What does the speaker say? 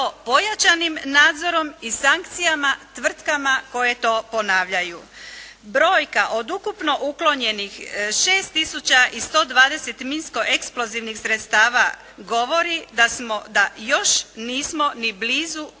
pojačanim nadzorom i sankcijama tvrtkama koje to ponavljaju. Brojka od ukupno uklonjenih 6 tisuća i 120 minsko-eksplozivnih sredstava govori da još nismo ni blizu